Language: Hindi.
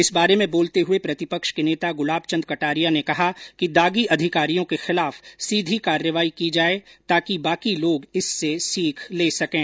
इस बारे में बोलते हये प्रतिपक्ष के नेता ग़ुलाब चंद कटारिया ने कहा कि दागी अधिकारियों के खिलाफ सीधी कार्यवाही की जाये ताकि बाकी लोग इससे सीख ले सकें